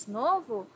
novo